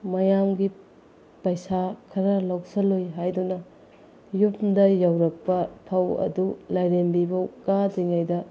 ꯃꯌꯥꯝꯒꯤ ꯄꯩꯁꯥ ꯈꯔ ꯂꯧꯁꯤꯜꯂꯨꯏ ꯍꯥꯏꯗꯨꯅ ꯌꯨꯝꯗ ꯌꯧꯔꯛꯄ ꯐꯧ ꯑꯗꯨ ꯂꯥꯏꯔꯦꯝꯕꯤ ꯐꯥꯎ ꯀꯥꯗ꯭ꯔꯤꯉꯩꯗ